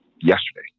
yesterday